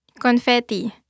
Confetti